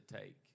take